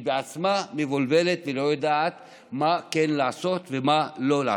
היא בעצמה מבולבלת ולא יודעת מה כן לעשות ומה לא לעשות.